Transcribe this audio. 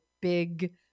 Big